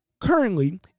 currently